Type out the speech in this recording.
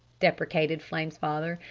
deprecated flame's father.